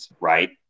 right